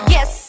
Yes